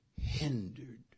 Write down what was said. hindered